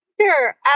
Sure